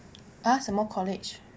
ah 什么 colleagues